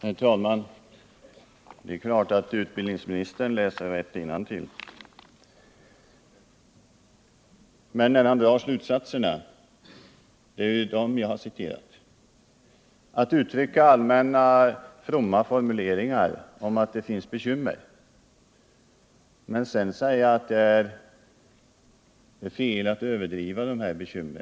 Herr talman! Det är klart att utbildningsministern läser rätt innantill. Men vi reagerar när han drar slutsatserna — det är dem jag har citerat — och uttrycker allmänna fromma fraser om att det finns bekymmer men sedan säger att det är fel att överdriva dessa bekymmer.